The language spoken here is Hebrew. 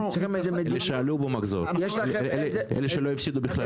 אלה שעלו במחזור, שלא הפסידו בכלל.